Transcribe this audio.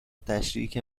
تشریک